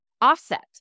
offset